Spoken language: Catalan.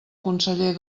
conseller